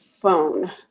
Phone